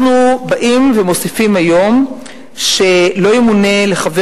אנחנו באים ומוסיפים היום ש"לא ימונה לחבר